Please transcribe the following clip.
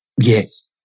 Yes